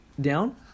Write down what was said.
down